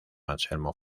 anselmo